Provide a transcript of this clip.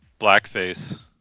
blackface